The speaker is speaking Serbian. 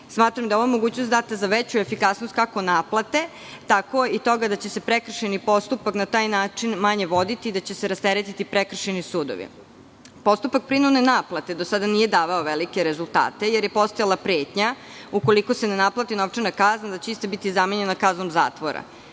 Smatram da je ova mogućnost data za veću efikasnost, kako naplate, tako i toga da će prekršajni postupak na taj način manje voditi i da će se rasteretiti prekršajni sudovi. Postupak prinudne naplate do sada nije davao velike rezultate jer je postojala pretnja ukoliko se ne naplati novčana kazna, da će ista biti zamenjena kaznom zatvora.